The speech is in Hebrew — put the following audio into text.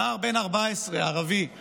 נער ערבי בן 14,